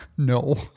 No